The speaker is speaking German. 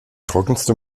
trockenste